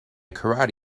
karate